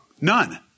None